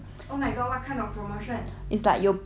it's like you buy two err